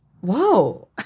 Whoa